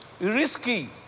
risky